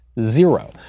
Zero